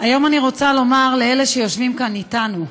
היום אני רוצה לומר לאלה שיושבים כאן אתנו,